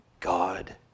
God